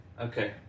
Okay